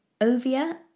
Ovia